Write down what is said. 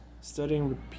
studying